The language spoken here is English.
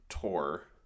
Tour